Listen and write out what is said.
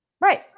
Right